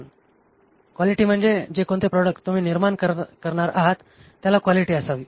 तर क्वालिटी म्हणजे जे कोणते प्रॉडक्ट तुम्ही निर्माण करणार आहात त्याला क्वालिटी असावी